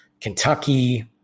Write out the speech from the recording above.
Kentucky